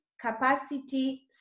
capacity